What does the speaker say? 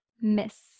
Miss